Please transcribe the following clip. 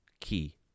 key